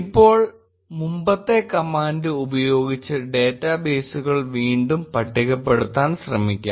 ഇപ്പോൾ മുമ്പത്തെ കമാൻഡ് ഉപയോഗിച്ച് ഡേറ്റാബേസുകൾ വീണ്ടും പട്ടികപ്പെടുത്താൻ ശ്രമിക്കാം